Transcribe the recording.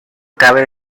cabe